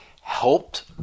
helped